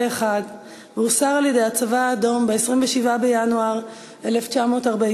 והוסר על-ידי הצבא האדום ב-27 בינואר 1944,